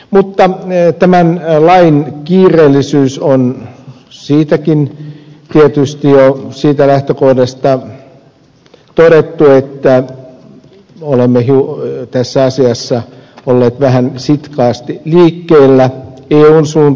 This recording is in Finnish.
mutta tämän lain kiireellisyys on tietysti jo siitäkin lähtökohdasta todettu että olemme tässä asiassa olleet vähän sitkaasti liikkeellä eun suuntaan